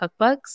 cookbooks